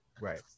right